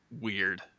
weird